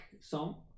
song